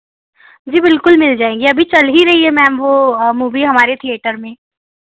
जी बिलकुल मिल जाएगी अभी चल ही रही है मैम वह मूवी हमारे थिएटर में